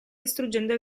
distruggendo